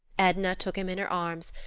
edna took him in her arms,